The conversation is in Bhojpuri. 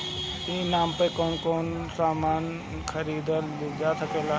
ई नाम पर कौन कौन समान खरीदल जा सकेला?